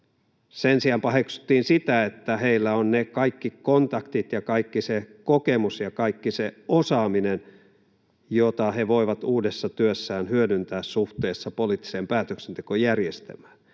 Sen sijaan paheksuttiin sitä, että heillä on ne kaikki kontaktit ja kaikki se kokemus ja kaikki se osaaminen, jota he voivat uudessa työssään hyödyntää suhteessa poliittiseen päätöksentekojärjestelmään,